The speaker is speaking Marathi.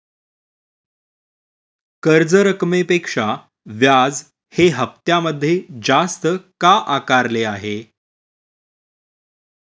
कर्ज रकमेपेक्षा व्याज हे हप्त्यामध्ये जास्त का आकारले आहे?